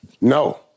No